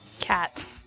cat